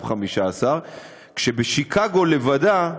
כשבשיקגו לבדה,